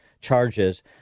charges